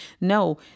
No